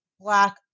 Black